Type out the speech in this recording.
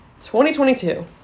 2022